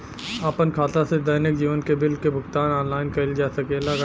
आपन खाता से दैनिक जीवन के बिल के भुगतान आनलाइन कइल जा सकेला का?